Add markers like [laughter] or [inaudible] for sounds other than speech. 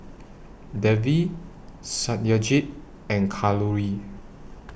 Devi [noise] Satyajit and Kalluri